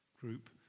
group